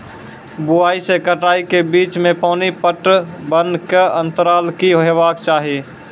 बुआई से कटाई के बीच मे पानि पटबनक अन्तराल की हेबाक चाही?